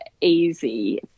easy